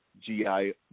GI